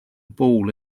ball